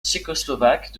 tchécoslovaque